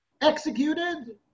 executed